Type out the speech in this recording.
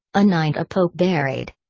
a knight a pope buried.